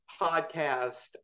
podcast